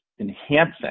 enhancing